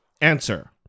answer